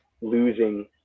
losing